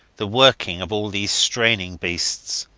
the working of all these straining breasts.